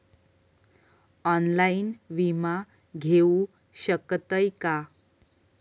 Online विमा घेऊ शकतय का?